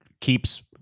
keeps